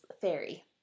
fairy